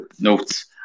notes